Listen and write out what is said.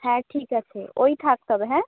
হ্যাঁ ঠিক আছে ওই থাক তবে হ্যাঁ